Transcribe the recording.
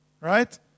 right